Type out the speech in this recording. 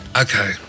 Okay